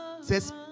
says